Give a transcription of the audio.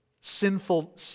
sinful